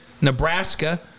Nebraska